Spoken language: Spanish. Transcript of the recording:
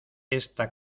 esta